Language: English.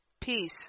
peace